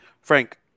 Frank